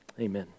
amen